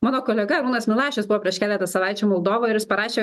mano kolega arūnas milašius buvo prieš keletą savaičių moldovoj ir jis parašė